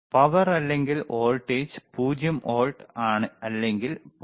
power അല്ലെങ്കിൽ voltage 0 volt അല്ലെങ്കിൽ 0